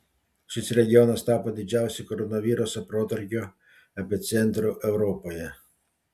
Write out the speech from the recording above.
šis regionas tapo didžiausiu koronaviruso protrūkio epicentru europoje